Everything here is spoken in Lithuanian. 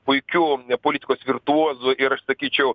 puikiu politikos virtuozu ir aš sakyčiau